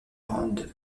round